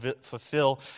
fulfill